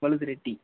வலதுரெட்டி